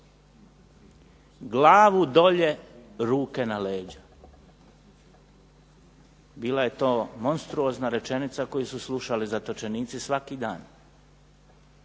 Glavu dolje, ruke na leđa. Bila je to monstruozna rečenica koju su slušali zatočenici svaki dan,